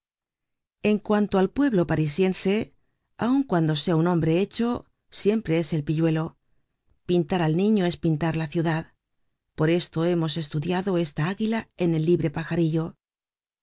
en cuanto al pueblo parisiense aun cuando sea un hombre hecho siempre es el pilluelo pintar al niño es pintar la ciudad por esto hemos estudiado esta águila en el libre pajarillo